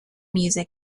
music